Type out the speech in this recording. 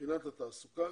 מבחינת התעסוקה,